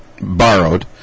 borrowed